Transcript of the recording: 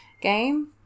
game